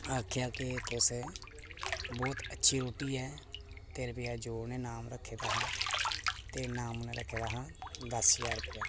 आक्खेआ कि तुस बहुत अच्छी रोटी ऐ ते रपेआ जो उनें इनाम रक्खे दा हा ते इनाम उनें रक्खे दा हा दस्स ज्हार रपेआ